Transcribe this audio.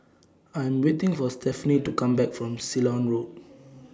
I Am waiting For Stephani to Come Back from Ceylon Road